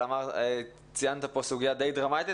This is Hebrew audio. אבל ציינת סוגיה די דרמטית.